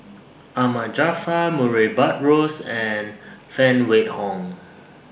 Ahmad Jaafar Murray Buttrose and Phan Wait Hong